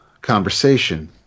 conversation